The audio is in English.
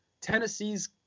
Tennessee's